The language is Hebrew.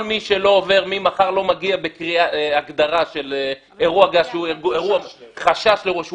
כל מי שלא מגיע ממחר בהגדרה של חשש לאירוע גז,